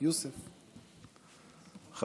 אני רוצה להקדיש את הזמן שלי לא כדי לתאר לכם שוב את האובססיה